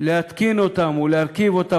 בדיוק בגלל זה צריכה לקום פה ועדת הוועדות,